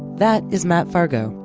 that is matt fargo,